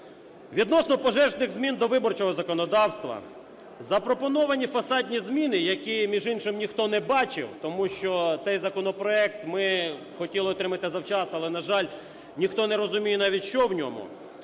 Відносно "пожежних" змін до виборчого законодавства. Запропоновані "фасадні" зміни, які, між іншим, ніхто не бачив, тому що цей законопроект ми хотіли отримати завчасно, але, на жаль, ніхто не розуміє навіть, що в ньому,